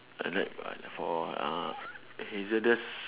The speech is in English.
a lead but for uh hazardous